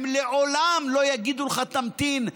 הם לעולם לא יגידו לך: תמתין,